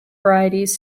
varieties